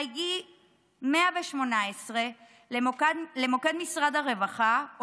חייגי 118 למוקד משרד הרווחה,